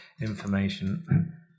information